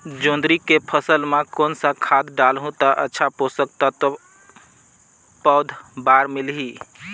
जोंदरी के फसल मां कोन सा खाद डालहु ता अच्छा पोषक तत्व पौध बार मिलही?